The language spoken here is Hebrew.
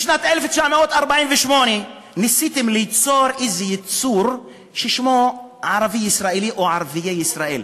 בשנת 1948 ניסיתם ליצור איזה יצור ששמו "ערבי-ישראלי" או "ערביי ישראל".